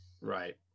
right